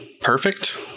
perfect